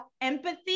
empathy